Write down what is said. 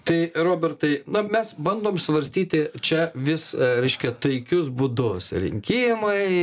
tai robertai na mes bandom svarstyti čia vis reiškia taikius būdus rinkimai